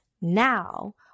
now